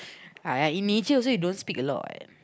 ah in nature you also don't speak a lot what